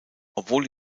obwohl